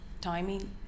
timing